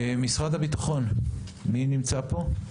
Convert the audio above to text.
משרד הביטחון, מי נמצא פה?